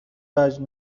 وجه